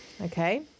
okay